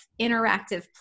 interactive